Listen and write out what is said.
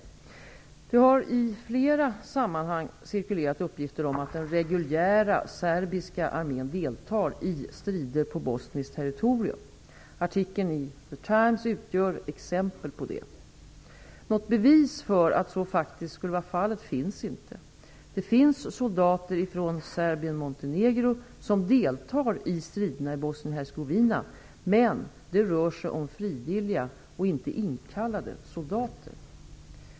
Det har i flera sammanhang cirkulerat uppgifter om att den reguljära serbiska armén deltar i strider på bosniskt territorium. Artikeln i The Times utgör exempel på detta. Något bevis för att så faktiskt skulle vara fallet finns inte. Det finns soldater från Bosnien-Hercegovina, men det rör sig om frivilliga och inte inkallade soldater.